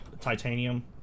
Titanium